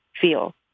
feel